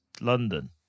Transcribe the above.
London